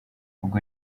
ubwo